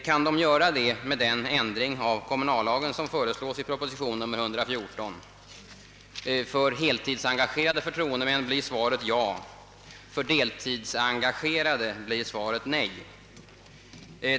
Kan de göra det med den ändring av kommunallagen som föreslås i proposition nr 114? För heltidsengagerade förtroendemän blir svaret »ja», för deltidsengagerade blir svaret »nej».